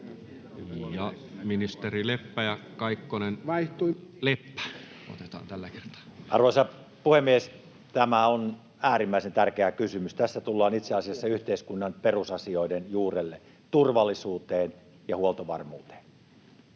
(Peter Östman kd) Time: 16:55 Content: Arvoisa puhemies! Tämä on äärimmäisen tärkeä kysymys. Tässä tullaan itse asiassa yhteiskunnan perusasioiden juurelle, turvallisuuteen ja huoltovarmuuteen.